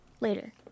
later